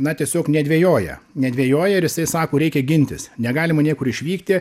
na tiesiog nedvejoja nedvejoja ir jisai sako reikia gintis negalima niekur išvykti